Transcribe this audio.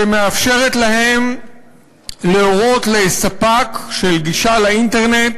שמאפשרת להם להורות לספק של גישה לאינטרנט